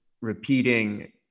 repeating